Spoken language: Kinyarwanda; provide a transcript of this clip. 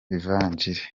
ivanjili